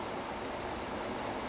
oh okay